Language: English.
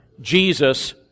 Jesus